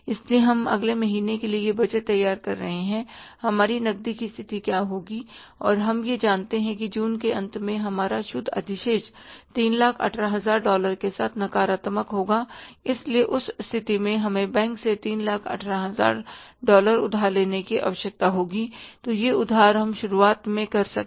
इसलिए हम अगले महीने के लिए यह बजट तैयार कर रहे हैं कि हमारी नकदी की स्थिति क्या होगी और हम यह जानते हैं कि जून के अंत में हमारा शुद्ध शेष 318000 डॉलर के साथ नकारात्मक होगा इसलिए उस स्थिति में हमें बैंक से 318000 डॉलर उधार लेने की आवश्यकता होगी तो यह उधार हम शुरुआत में कर सकें